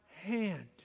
hand